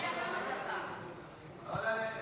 הגנה על הציבור מפני ארגוני פשיעה,